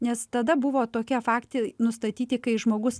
nes tada buvo tokie faktai nustatyti kai žmogus